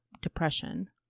depression